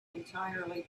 entirely